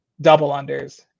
double-unders